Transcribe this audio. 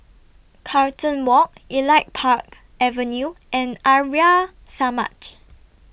Carlton Walk Elite Park Avenue and Arya Samaj